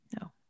no